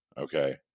okay